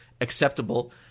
acceptable